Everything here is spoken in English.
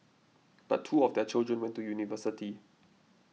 but two of their children went to university